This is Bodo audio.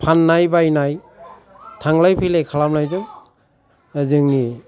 फाननाय बायनाय थांलाय फैलाय खालामनायजों जोंनि